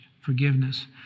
forgiveness